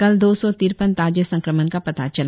कल दो सौ तिरपन ताजे संक्रमण का पता चला